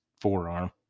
forearm